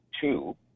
Two